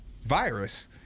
virus